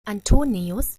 antonius